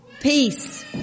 Peace